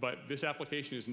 but this application is